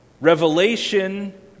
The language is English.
Revelation